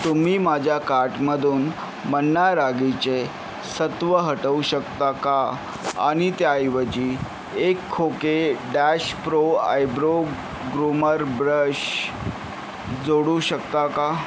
तुम्ही माझ्या काटमधून मन्ना रागीचे सत्त्व हटवू शकता का आणि त्याऐवजी एक खोके dash pro eyebrow groomer brush जोडू शकता का